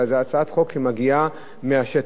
אלא זו הצעת חוק שמגיעה מהשטח.